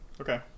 okay